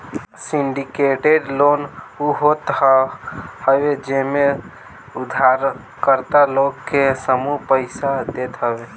syndicated loan उ होत हवे जेमे उधारकर्ता लोग के समूह पईसा देत हवे